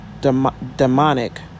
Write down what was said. demonic